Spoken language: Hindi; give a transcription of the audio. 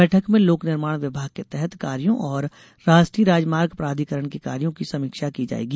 बैठक में लोक निर्माण विभाग के तहत कार्यो और राष्ट्रीय राजमार्ग प्राधीकरण के कार्यो की समीक्षा की जायेगी